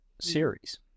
series